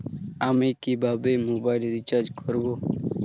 আমি কিভাবে mobile recharge করব?